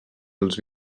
els